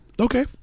Okay